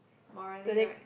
morally right